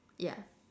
yeah